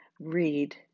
read